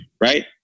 right